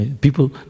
people